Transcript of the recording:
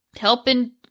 helping